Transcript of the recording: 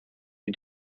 you